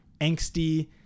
angsty